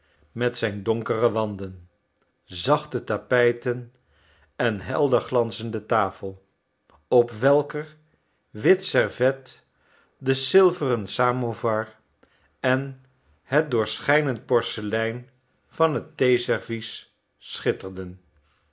met zijn donkere wanden zachte tapijten en helder glanzende tafel op welker wit servet de zilveren samovar en het doorschijnend porselein van het theeservies schitterden